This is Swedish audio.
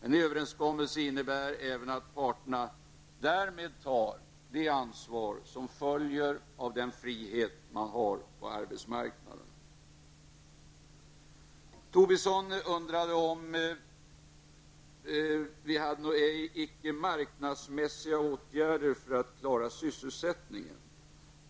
En överenskommelse innebär även att parterna därmed tar det ansvar som följer av den frihet man har på arbetsmarknaden. Lars Tobisson undrade om regeringen skulle vidta några icke marknadsmässiga åtgärder för att klara sysselsättningen.